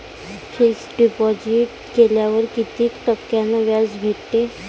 Fix deposit केल्यावर कितीक टक्क्यान व्याज भेटते?